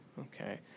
Okay